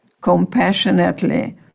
compassionately